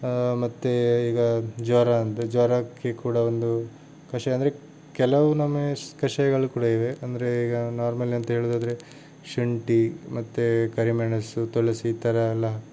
ಮತ್ತೆ ಈಗ ಜ್ವರ ಅಂದರೆ ಜ್ವರಕ್ಕೆ ಕೂಡ ಒಂದು ಕಷಾಯ ಅಂದರೆ ಕೆಲವು ನಮೂನೆ ಕಷಾಯಗಳು ಕೂಡ ಇವೆ ಅಂದರೆ ಈಗ ನಾರ್ಮಲಿ ಅಂತ ಹೇಳುದಾದ್ರೆ ಶುಂಠಿ ಮತ್ತು ಕರಿಮೆಣಸು ತುಳಸಿ ಈ ಥರಯೆಲ್ಲ